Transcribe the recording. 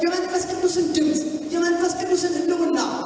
you know